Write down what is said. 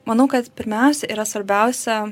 manau kad pirmiausia yra svarbiausia